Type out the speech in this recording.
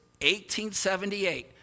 1878